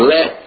Let